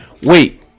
Wait